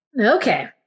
Okay